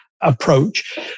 approach